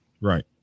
Right